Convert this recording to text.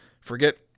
Forget